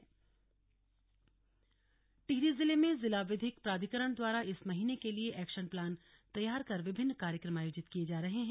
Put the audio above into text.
action plan Tehri Tehri जिले में जिला विधिक प्राधिकरण द्वारा इस महीने के लिए एक्शन प्लान तैयार कर विभिन्न कार्यक्रम आयोजित किये जा रहे हैं